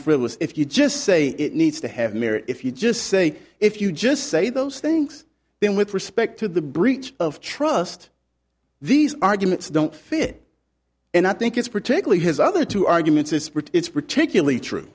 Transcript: frivolous if you just say it needs to have merit if you just say if you just say those things then with respect to the breach of trust these arguments don't fit and i think it's particularly his other two arguments is it's particularly true